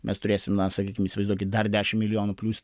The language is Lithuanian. mes turėsim na sakykim įsivaizduokit dar dešim milijonų plius